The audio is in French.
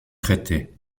traité